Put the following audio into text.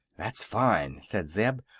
that's fine, said zeb.